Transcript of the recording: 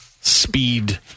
Speed